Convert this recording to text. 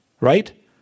Right